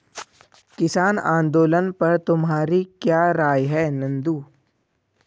किसान आंदोलन पर तुम्हारी क्या राय है नंदू?